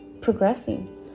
progressing